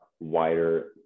Wider